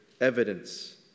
evidence